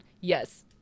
yes